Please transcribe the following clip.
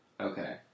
Okay